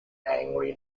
angry